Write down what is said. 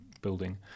building